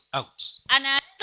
out